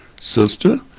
sister